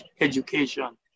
Education